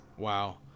Wow